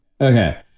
Okay